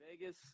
Vegas